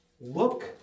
Look